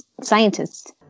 scientists